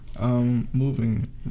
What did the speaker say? Moving